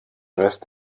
rest